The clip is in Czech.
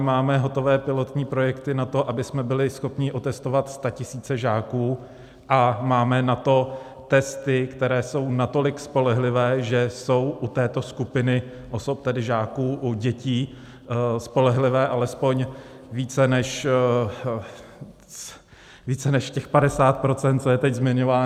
Máme hotové pilotní projekty na to, abychom byli schopni otestovat statisíce žáků, a máme na to testy, které jsou natolik spolehlivé, že jsou u této skupiny osob, tedy žáků, u dětí spolehlivé alespoň více než těch 50 %, co je teď zmiňováno.